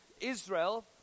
Israel